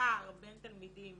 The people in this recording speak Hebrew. הפער בין תלמידים